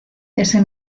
ese